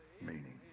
meaning